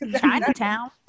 Chinatown